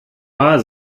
wahr